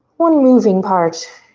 one moving part.